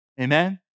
Amen